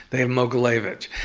they have mogilevich,